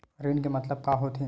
ऋण के मतलब का होथे?